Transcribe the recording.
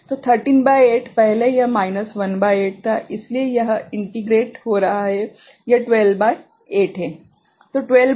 तो 13 भागित 8 पहले यह माइनस 1 भागित 8 था इसलिए यह एकीकृत हो रहा है यह 12 भागित 8 है